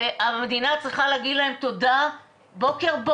והמדינה צריכה להגיד להם תודה בוקר-בוקר.